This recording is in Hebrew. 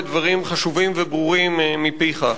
ודברים חשובים וברורים מפיך.